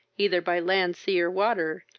either by land, sea, or water,